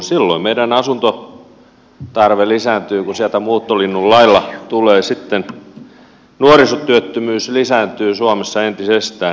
silloin meidän asuntotarve lisääntyy kun sieltä muuttolinnun lailla tulee väkeä sitten nuorisotyöttömyys lisääntyy suomessa entisestään